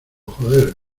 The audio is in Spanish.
joder